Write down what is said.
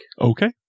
Okay